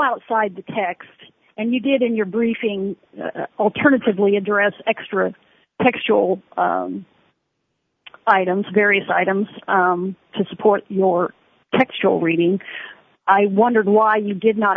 outside the text and you did in your briefing alternatively address extra textual items various items to support your textual reading i wondered why you did not